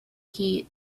heat